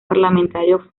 parlamentario